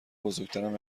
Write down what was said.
بزرگترم